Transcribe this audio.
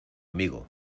amigo